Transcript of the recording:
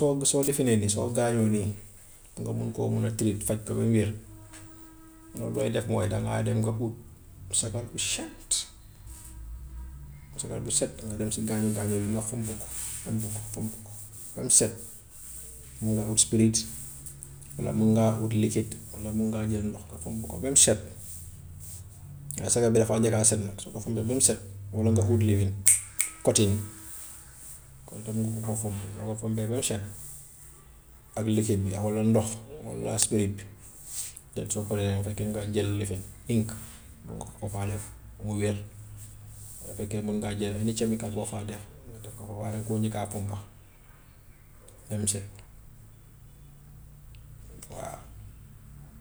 So so lifinee nii soo gaañoo nii pour nga mun koo mun a treat faj ko ba mu wér noo koy def mooy dangaa dem nga ut sagar bu set sagar bu set nga dem si gaañu-gaañu bi nga fomp ko fomp ko fomp ko ba mu set mun nga ut walla mun ngaa ut liquide walla mun ngaa jël ndox nga fomp ko ba mu set, nga soog a des fois jëlaa sagar, soo ko fompee ba mu set, walla nga ut lifin cotton, kooku tam mun nga ko koo fompee, soo ko fompee ba mu set ak liquide bi xoolal ndox nga laxas bi dem soo koy, bmu fekk nga jël lifin ink mun nga ko faa def mu wér. Walla su fekkee mun ngaa jël nga ko faa def, nga def ko foofu, waaye danga koo njëkka fompa ba mu set waa.